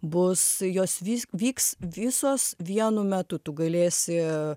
bus jos vys vyks visos vienu metu tu galėsi